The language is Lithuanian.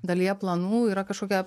dalyje planų yra kažkokia